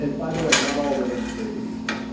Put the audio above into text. and by the way, not all those are created equal